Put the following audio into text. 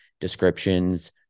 descriptions